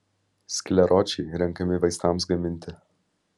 skleročiai renkami vaistams gaminti